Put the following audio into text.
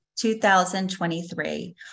2023